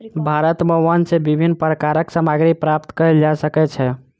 भारत में वन सॅ विभिन्न प्रकारक सामग्री प्राप्त कयल जा सकै छै